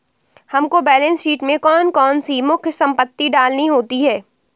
हमको balance sheet में कौन कौन सी मुख्य संपत्ति डालनी होती है?